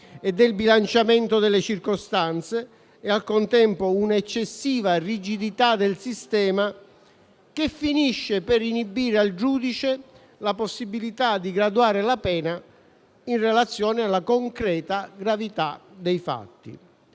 e del bilanciamento delle circostanze e, al contempo, una eccessiva rigidità del sistema, che finisce per inibire al giudice la possibilità di graduare la pena in relazione alla concreta gravità dei fatti.